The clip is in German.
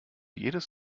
jedes